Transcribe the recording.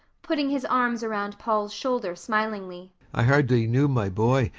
putting his arms around paul's shoulder smilingly. i hardly knew my boy,